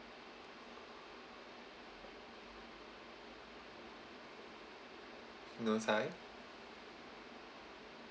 no thigh